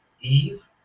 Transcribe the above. Eve